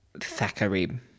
Thackeray